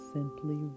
Simply